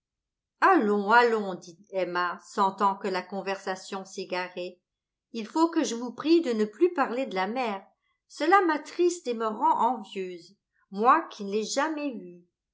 allons allons dit emma sentant que la conversation s'égarait il faut que je vous prie de ne plus parler de la mer cela m'attriste et me rend envieuse moi qui ne l'ai jamais vue